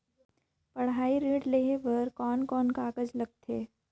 पढ़ाई ऋण लेहे बार कोन कोन कागज लगथे?